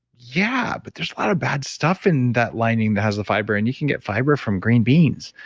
yeah, but there's a lot of bad stuff in that lining that has a fiber and you can get fiber from green beans.